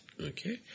Okay